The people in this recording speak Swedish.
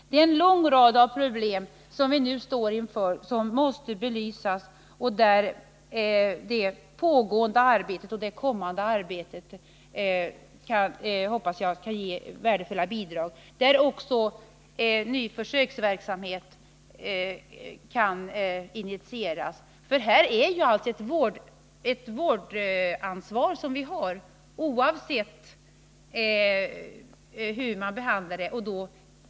Det är en lång rad problem vi står inför som måste belysas, och jag hoppas att det pågående och det kommande arbetet skall ge värdefulla bidrag och att ny försöksverksamhet kan initieras. Vi har alltså ett vårdansvar här, oavsett hur vi behandlar problemet.